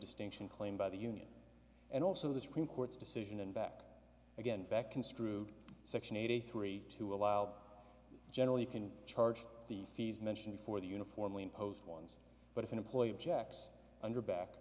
distinction claim by the union and also the supreme court's decision and back again back construe section eighty three to allow generally can charge the fees mentioned before the uniformly imposed ones but if an employee objects under back